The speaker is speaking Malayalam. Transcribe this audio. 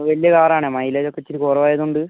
വലിയ കാറാണ് മയിലേജൊക്ക ഇച്ചിരി കുറവായതോണ്ട്